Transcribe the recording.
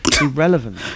irrelevant